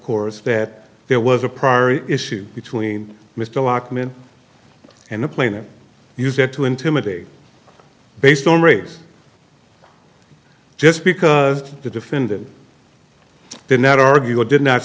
course that there was a primary issue between mr lockman and the plane and use it to intimidate based on race just because the defendant did not argue or did not